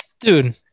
Dude